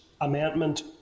amendment